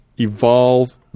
Evolve